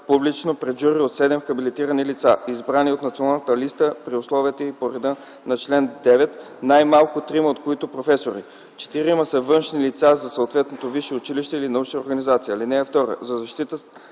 публично пред жури от 7 хабилитирани лица, избрани от Националната листа при условията и реда на чл. 9, най-малко трима от които професори. Четирима са външни лица за съответното висше училище или научна организация. (2) За